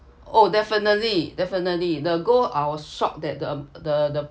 oh definitely definitely the gold I was shocked that the the the